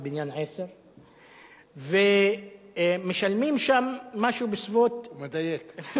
בבניין 10. הוא מדייק.